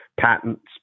Patents